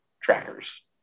trackers